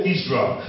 Israel